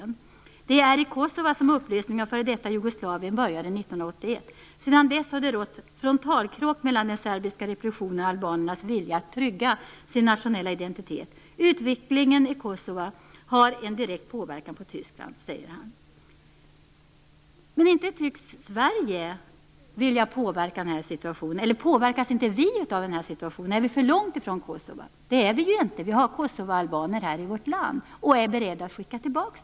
Han skall också ha sagt att det är i Kosova som upplösningen av före detta Jugoslavien började 1981, att det sedan dess har rått frontalkrock mellan den serbiska repressionen och albanernas vilja att trygga sin nationella identitet och att utvecklingen i Kosova har en direkt påverkan på Tyskland. Men tycks inte Sverige påverkas av den här situationen? Är vi för långt ifrån Kosova? Det är vi ju egentligen inte. Vi har kosovaalbaner här i vårt land och är beredda att skicka tillbaka dem.